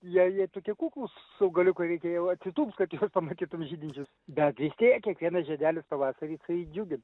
jie jie tokie kuklūs augaliukai reikia jau atsitūpt kad pamatytum žydinčius bet vistiek kiekvienas žiedelis pavasarį jisai džiugina